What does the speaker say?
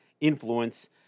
influence